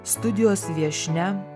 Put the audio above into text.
studijos viešnia